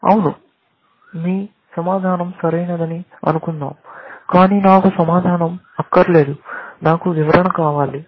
అవును మీ సమాధానం సరైనదని అనుకుందాం కాని నాకు సమాధానం అక్కరలేదు నాకు వివరణ కావాలి